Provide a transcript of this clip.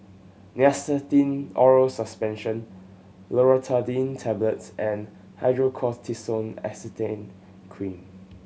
Nystatin Oral Suspension Loratadine Tablets and Hydrocortisone Acetate Cream